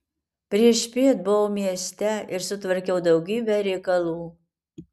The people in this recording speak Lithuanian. priešpiet buvau mieste ir sutvarkiau daugybę reikalų